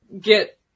get